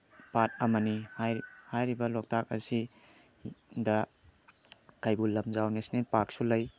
ꯄꯥꯠ ꯑꯃꯅꯤ ꯍꯥꯏꯔꯤꯕ ꯂꯣꯛꯇꯥꯛ ꯑꯁꯤꯗ ꯀꯩꯕꯨꯜ ꯂꯝꯖꯥꯎ ꯅꯦꯁꯅꯦꯜ ꯄꯥꯛꯁꯨ ꯂꯩ